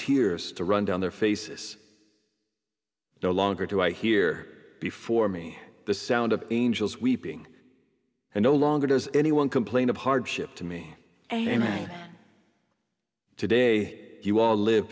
tears to run down their faces no longer do i hear before me the sound of angels weeping and no longer does anyone complain of hardship to me a man today you all live